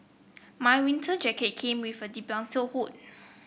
my winter jacket came with a hood